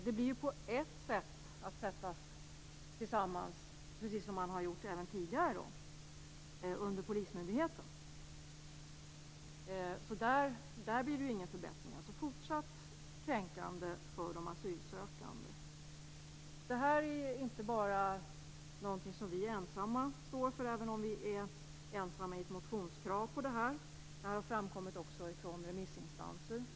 Det blir ju på ett sätt att sättas tillsammans precis som tidigare under polismyndigheten. Det blir ingen förbättring. Det bli fortsatt kränkande för de asylsökande. Det här är inte något som vi ensamma står för, även om vi är ensamma i ett motionskrav om det här. Det har framkommit också i remissinstanser.